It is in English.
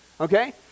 okay